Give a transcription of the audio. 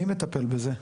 מי מטפל בזה?